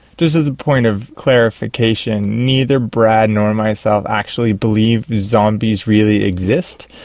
just as a point of clarification, neither brad nor myself actually believe zombies really exist,